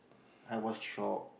I was shocked